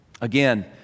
Again